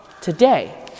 today